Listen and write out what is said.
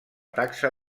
taxa